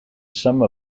some